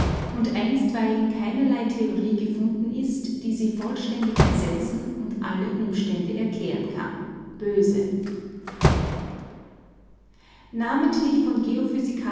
und einstweilen keinerlei theorie gefunden ist die sie vollständig ersetzen und alle umstände erklären kann von